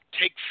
take